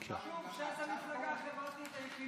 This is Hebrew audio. אפשר עמדה מהצד?